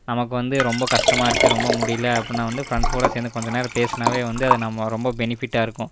நமக்கு வந்து ரொம்ப கஷ்டமா இருக்குது ரொம்ப முடியல அப்புடின்னா வந்து ஃப்ரெண்ட்ஸ் கூட சேர்ந்து கொஞ்சம் நேரம் பேசினாவே வந்து அது நம்ம ரொம்ப பெனிஃபிட்டாக இருக்கும்